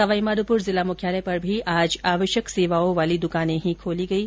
सवाईमाधोपुर जिला मुख्यालय पर भी आज आवश्यक सेवाओं वाली द्रकानें ही खोली गयी